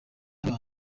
abana